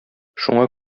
шуңа